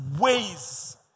ways